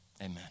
Amen